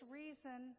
reason